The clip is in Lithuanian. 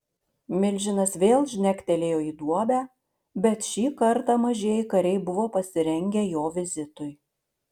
milžinas vėl žnektelėjo į duobę bet šį kartą mažieji kariai buvo pasirengę jo vizitui